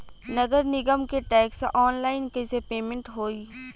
नगर निगम के टैक्स ऑनलाइन कईसे पेमेंट होई?